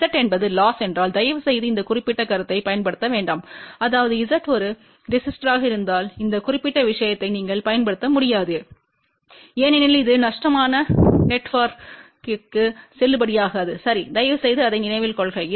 Z என்பது loss என்றால் தயவுசெய்து இந்த குறிப்பிட்ட கருத்தை பயன்படுத்த வேண்டாம் அதாவது Z ஒரு ரெசிஸ்டோர்யாக இருந்தால் இந்த குறிப்பிட்ட விஷயத்தை நீங்கள் பயன்படுத்த முடியாது ஏனெனில் இது நஷ்டமான நெட்ஒர்க்யத்திற்கு செல்லுபடியாகாது சரிதயவுசெய்து அதை நினைவில் கொள்க